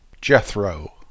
jethro